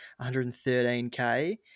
113K